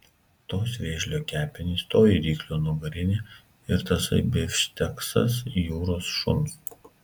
tos vėžlio kepenys toji ryklio nugarinė ir tasai bifšteksas jūros šuns